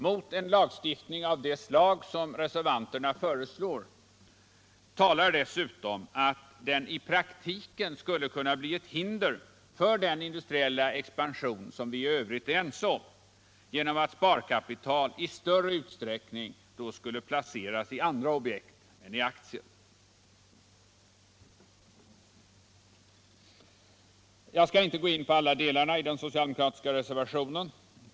Mot en lagstiftning av det slag som reservanterna föreslår talar dessutom att den i praktiken skulle kunna bli ett hinder för den industriella expansion som vi f.ö. är ense om att vilja främja, genom att sparkapital i större utsträckning placeras i andra objekt än i aktier. Jag skall inte gå in på alla delarna i den socialdemokratiska reservationen.